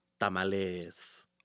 Tamales